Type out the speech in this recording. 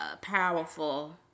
powerful